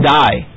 die